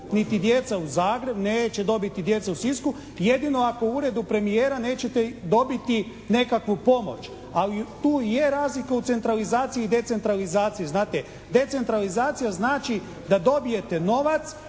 niti djeca u Zagrebu, neće dobiti djeca u Sisku jedino ako u Uredu premijera nećete dobiti nekakvu pomoć. Ali tu i je razlika i centralizaciji i decentralizaciji, znate? Decentralizacija znači da dobijete novac